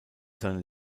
seine